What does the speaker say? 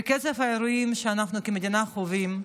בקצב האירועים שאנחנו חווים כמדינה,